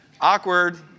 Awkward